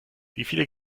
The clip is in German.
wieviele